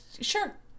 Sure